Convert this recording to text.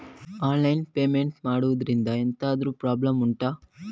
online payment ಮಾಡುದ್ರಿಂದ ಎಂತಾದ್ರೂ problem ಉಂಟಾ